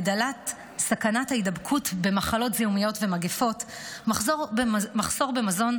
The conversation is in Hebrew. הגדלת סכנת ההידבקות במחלות זיהומיות ומגפות ומחסור במזון,